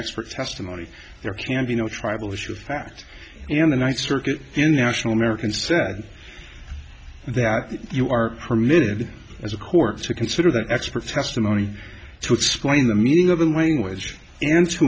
expert testimony there can be no tribal issue fact and the ninth circuit international american said that you are permitted as a court to consider that expert testimony to explain the meaning of the language and